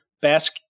Basque